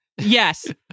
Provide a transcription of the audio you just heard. Yes